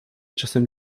czasem